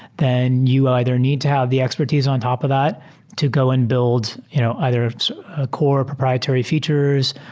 then you either need to have the expertise on top of that to go and build you know either ah core proprietary features,